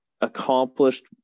accomplished